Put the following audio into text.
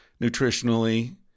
nutritionally